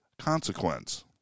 consequence